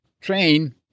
train